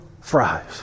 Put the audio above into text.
fries